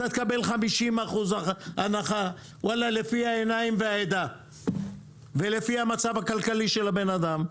אתה תקבל 50% הנחה לפי העיניים והעדה ולפי המצב הכלכלי של הבן אדם.